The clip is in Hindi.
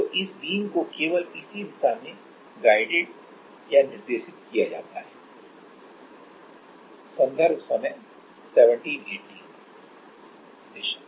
तो इस बीम को केवल इसी दिशा में गाइडेड निर्देशित किया जाता है संदर्भ समय 1718 दिशा